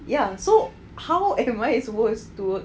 ya so how am I suppose to work